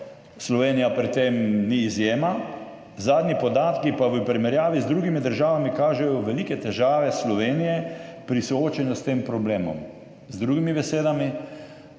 Slovenija pri tem ni izjema. Zadnji podatki pa v primerjavi z drugimi državami kažejo velike težave Slovenije pri soočenju s tem problemom. Z drugimi besedami,